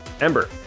Ember